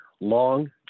long